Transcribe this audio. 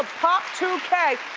ah p two k,